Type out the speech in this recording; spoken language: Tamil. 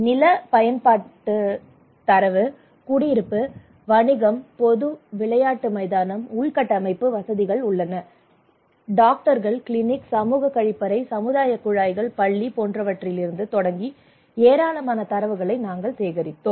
நில பயன்பாட்டுத் தரவு குடியிருப்பு வணிக பொது விளையாட்டு மைதானம் உள்கட்டமைப்பு வசதிகள் என்ன டாக்டர்கள் கிளினிக் சமூக கழிப்பறை சமுதாயக் குழாய்கள் பள்ளி போன்றவற்றிலிருந்து தொடங்கி ஏராளமான தரவுகளை நாங்கள் சேகரித்தோம்